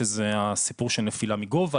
שזה הסיפור של נפילה מגובה,